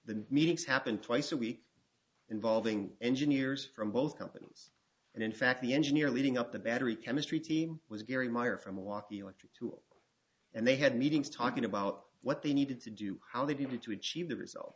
the meetings happened twice a week involving engineers from both companies and in fact the engineer leading up the battery chemistry team was gary meyer from milwaukee electric two and they had meetings talking about what they needed to do how they did to achieve the result